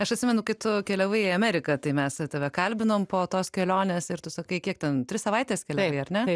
aš atsimenu kai tu keliavai į ameriką tai mes tave kalbinom po tos kelionės ir tu sakai kiek ten tris savaites keliavai ar ne